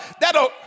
that'll